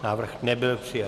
Návrh nebyl přijat.